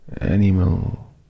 animal